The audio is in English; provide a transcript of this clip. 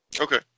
Okay